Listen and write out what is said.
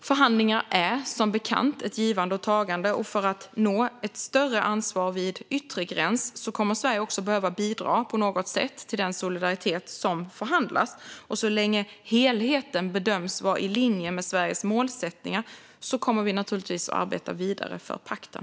Förhandlingar är som bekant ett givande och ett tagande, och för att nå ett större ansvar vid yttre gräns kommer Sverige också att behöva bidra på något sätt till den solidaritet som förhandlas. Så länge helheten bedöms vara i linje med Sveriges målsättningar kommer regeringen naturligtvis att arbeta vidare för pakten.